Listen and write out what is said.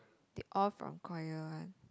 they all from choir one